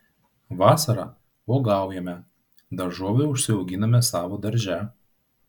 vasarą uogaujame daržovių užsiauginame savo darže